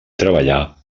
treballar